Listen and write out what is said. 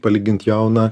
palygint jauną